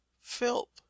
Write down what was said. Philp